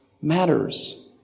matters